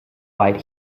white